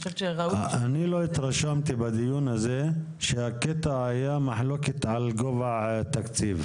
אני לא התרשמתי שהקטע היה מחלוקת על גובה התקציב.